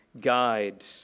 guide